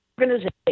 organization